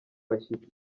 bashyitsi